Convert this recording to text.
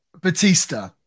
Batista